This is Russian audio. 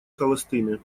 холостыми